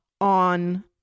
on